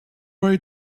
way